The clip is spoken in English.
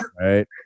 Right